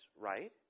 right